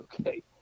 Okay